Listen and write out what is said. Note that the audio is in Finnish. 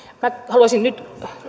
minä haluaisin nyt